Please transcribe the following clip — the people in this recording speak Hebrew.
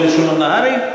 של משולם נהרי?